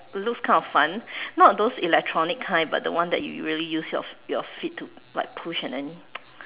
but it looks kind of fun not those electronic kind but the one that you really use your your feet to like push and then